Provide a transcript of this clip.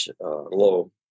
low